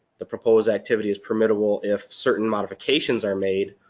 the proposed activity is permittable if certain modifications are made,